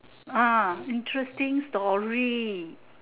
ah interesting story